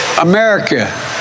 America